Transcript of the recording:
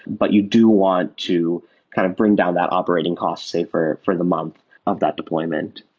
but you do want to kind of bring down that operating cost, say, for for the month of that deployment.